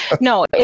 no